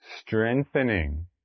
strengthening